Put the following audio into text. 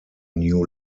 new